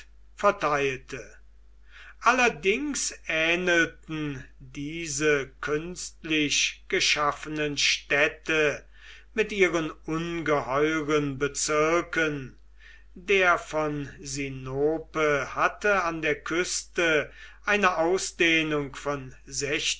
verteilte allerdings ähnelten diese künstlich geschaffenen städte mit ihren ungeheuren bezirken der von sinope hatte an der küste eine ausdehnung von